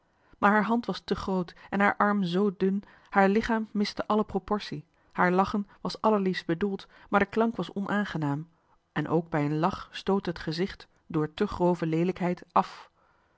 haar hand was te groot en haar arm zoo dun haar lichaam miste alle proportie haar lachen was allerliefst bedoeld maar de klank was onaangenaam en het gezicht stootte ook bij een lach door te grove leelijkheid af